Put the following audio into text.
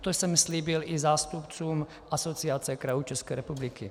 To jsem slíbil i zástupcům Asociace krajů České republiky.